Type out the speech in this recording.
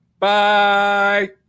Bye